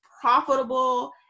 profitable